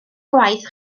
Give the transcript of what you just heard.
gwaith